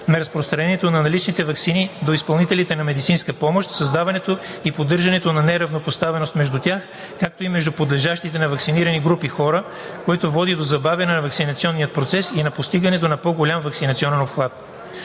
разпространението на наличните ваксини до изпълнителите на медицинска помощ, създаването и поддържането неравнопоставеност между тях, както и между подлежащите на ваксиниране групи хора, което води до забавяне на ваксинационния процес и на постигането на по-голям ваксинационен обхват.